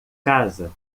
casa